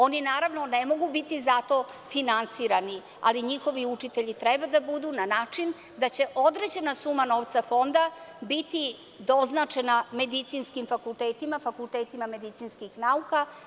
Oni naravno ne mogu biti za to finansirani, ali njihovi učitelji treba da budu na način da će određena suma novca fonda biti doznačena medicinskim fakultetima, fakultetima medicinskih nauka.